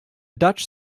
dutch